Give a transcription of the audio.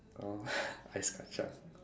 oh ice kacang